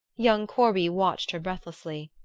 young corby watched her breathlessly.